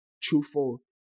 truthful